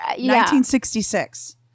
1966